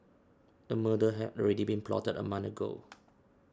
a murder had already been plotted a month ago